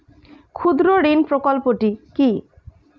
ক্ষুদ্রঋণ প্রকল্পটি কি?